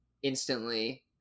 instantly